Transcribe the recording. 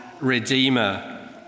redeemer